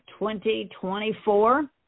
2024